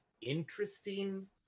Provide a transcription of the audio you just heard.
interesting